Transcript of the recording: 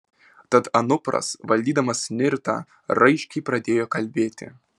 tad anupras valdydamas nirtą raiškiai pradėjo kalbėti